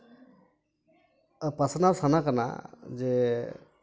ᱯᱟᱥᱱᱟᱣ ᱥᱟᱱᱟ ᱠᱟᱱᱟ ᱡᱮ